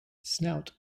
snout